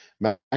Mac